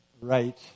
Right